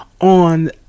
on